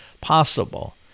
possible